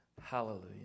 Hallelujah